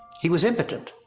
he was impotent.